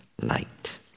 light